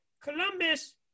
Columbus